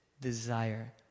desire